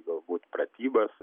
galbūt pratybas